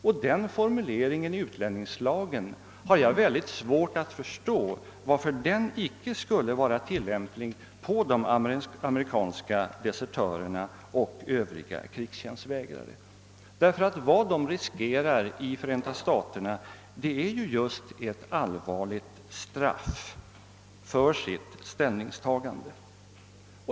Jag har mycket svårt att förstå varför den formuleringen i utlänningslagen inte skulle vara tillämplig på de amerikanska desertörerna och övriga krigstjänstvägrare. Vad de riskerar i Förenta staterna är ju just ett allvarligt straff för sitt ställningstagande.